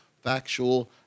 factual